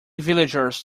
villagers